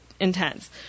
intense